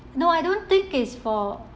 no I don't think it's for